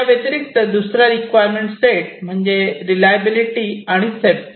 याव्यतिरिक्त चा दुसरा रिक्वायरमेंट सेट म्हणजे रिलायबलिटी आणि सेफ्टी